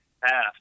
half